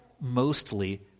mostly